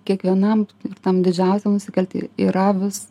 kiekvienam tam didžiausiam nusikaltėly yra vis